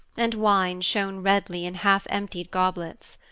and wine shone redly in half-emptied goblets.